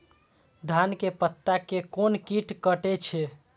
धान के पत्ता के कोन कीट कटे छे?